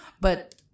But-